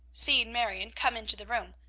seeing marion come into the room.